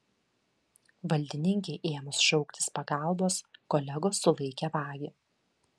valdininkei ėmus šauktis pagalbos kolegos sulaikė vagį